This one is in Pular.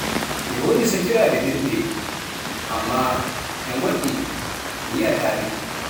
Mi woodi sakiraaɓe ɗuuɗɓe, ammaa ɓe ngoɗɗii, mi yi'ataa-ɓe.